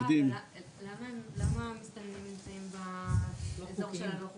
למה המסתננים נמצאים באזור של הלא חוקיים?